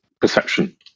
perception